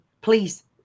Please